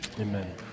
Amen